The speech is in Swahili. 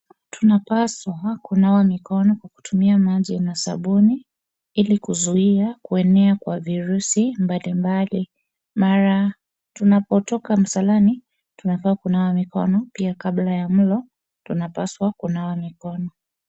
Tunapaswa kunawa mikono kutumia maji na sabuni ili kuzuia kuenea kwa virusi mbalimbali mara tunapotoka msalani tunafaa kunawa mikono pia kabla ya mlo tunapaswa kunawa mkono.